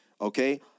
Okay